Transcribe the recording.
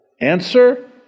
answer